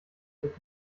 wird